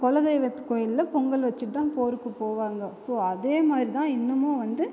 குல தெய்வ கோவில்ல பொங்கல் வைச்சு தான் போருக்குப் போவாங்க ஸோ அதே மாதிரி தான் இன்னுமும் வந்து